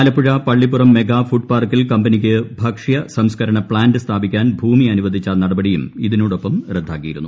Alappuzha Pallippuram mega ഫുഡ്പാർക്കിൽ കമ്പനിക്ക് ഭക്ഷ്യ സംസ്കരണ പ്ലാന്റ് സ്ഥാപിക്കാൻ ഭൂമി അനുവദിച്ച നടപടിയും ഇതിനോടൊപ്പം റദ്ദാക്കിയിരുന്നു